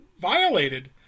violated